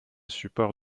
support